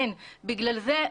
בוקר טוב.